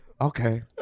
Okay